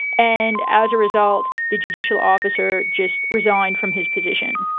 and as a result the judicial officer just resigned from his position.